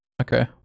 Okay